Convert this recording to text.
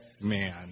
man